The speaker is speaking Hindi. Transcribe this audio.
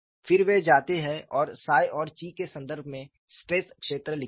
फिर वे जाते हैं और 𝜳 और 𝛘 के संदर्भ में स्ट्रेस क्षेत्र लिखते हैं